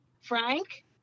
Frank